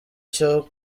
cyo